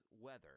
Weather